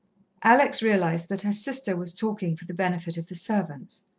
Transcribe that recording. alex realized that her sister was talking for the benefit of the servants.